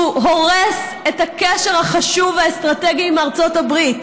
שהוא הורס את הקשר החשוב והאסטרטגי עם ארצות הברית,